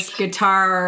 guitar